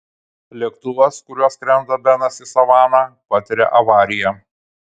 lėktuvas kuriuo benas skrenda į savaną patiria avariją